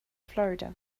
florida